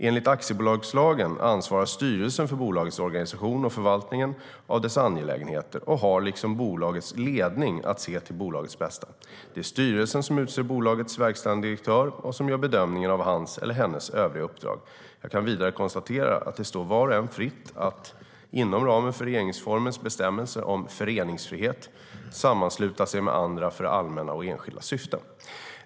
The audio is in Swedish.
Enligt aktiebolagslagen ansvarar styrelsen för bolagets organisation och förvaltningen av dess angelägenheter och har, liksom bolagets ledning, att se till bolagets bästa. Det är styrelsen som utser bolagets verkställande direktör och som gör bedömningen av hans eller hennes övriga uppdrag. Jag kan vidare konstatera att det står var och en fritt att inom ramen för regeringsformens bestämmelser om föreningsfrihet sammansluta sig med andra för allmänna och enskilda syften.